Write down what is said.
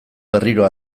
berriro